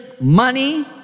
money